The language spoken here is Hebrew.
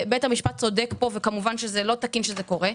ובית המשפט צודק פה וכמובן לא תקין שזה קורה,